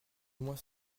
moins